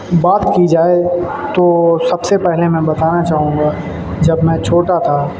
بات کی جائے تو سب سے پہلے میں بتانا چاہوں گا جب میں چھوٹا تھا